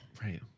Right